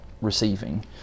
receiving